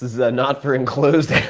is ah not for enclosed